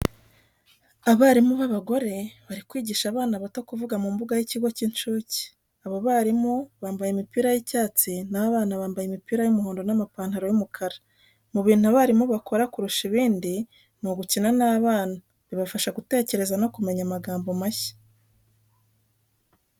Abarimu b'abagore bari kwigisha abana bato kuvuga mu mbuga y'ikigo cy'incuke, abo barimu bambaye imipira y'icyatsi na ho abana bambaye imipira y'umuhondo n'amapantaro y'umukara. Mu bintu abarimu bakora kurusha ibindi ni ugukina n'abana bibafasha gutekereza no kumenya amagambo mashya.